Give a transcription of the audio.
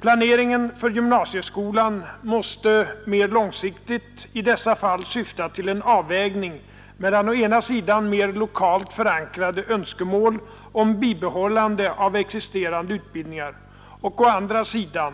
Planeringen för gymnasieskolan måste — mer långsiktigt — i dessa fall syfta till en avvägning mellan å ena sidan mer lokalt förankrade önskemål om bibehållande av existerande utbildningar och å andra sidan